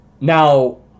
Now